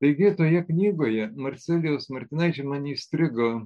taigi toje knygoje marcelijaus martinaičio man įstrigo